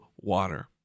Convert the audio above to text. water